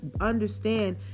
understand